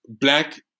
black